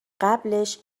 قبلش